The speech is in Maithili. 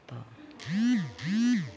तऽ